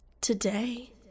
Today